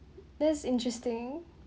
this interesting